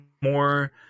more